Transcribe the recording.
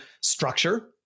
structure